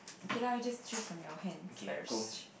okay lah we just choose on your hand first